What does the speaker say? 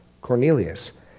Cornelius